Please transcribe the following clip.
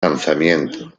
lanzamiento